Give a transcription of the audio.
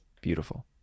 beautiful